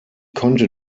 konnte